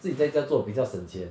自己在家做比较省钱